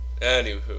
Anywho